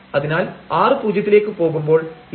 അതിനാൽ r പൂജ്യത്തിലേക്ക് പോകുമ്പോൾ ലിമിറ്റ് 0 ആവുന്നതാണ്